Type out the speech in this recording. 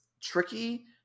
tricky